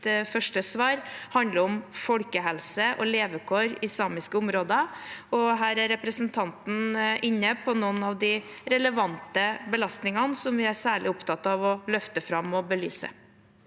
første svar, handle om folkehelse og levekår i samiske områder. Her er representanten inne på noen av de relevante belastningene som vi er særlig opptatt av å løfte fram og belyse.